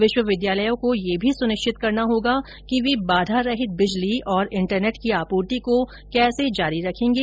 विश्वविद्यालयों को यह भी सुनिश्चित करना होगा कि वे बाधारहित बिजली और इंटरनेट की आपूर्ति को कैसे जारी रखेंगे